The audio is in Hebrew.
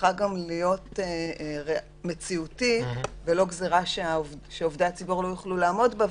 צריכה להיות גם מציאותית ולא גזרה שעובדי הציבור לא יוכלו לעמוד בה,